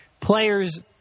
players